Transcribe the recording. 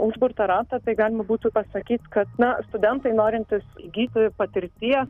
užburtą ratą tai galima būtų pasakyt kad na studentai norintys įgyti patirtie